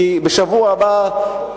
כי אין לי ספק שבשבוע הבא יהיו,